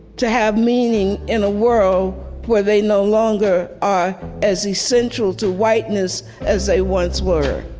to have meaning in a world where they no longer are as essential to whiteness as they once were